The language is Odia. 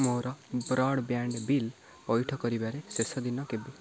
ମୋର ବ୍ରଡ଼୍ବ୍ୟାଣ୍ଡ୍ ବିଲ୍ ପଇଠ କରିବାରେ ଶେଷ ଦିନ କେବେ